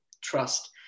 trust